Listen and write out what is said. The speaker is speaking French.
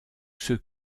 ceux